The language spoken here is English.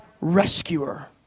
rescuer